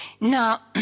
Now